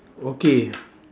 okay